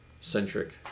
centric